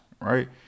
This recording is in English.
right